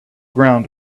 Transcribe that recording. ground